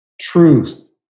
truth